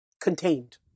contained